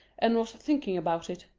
and was thinking about it,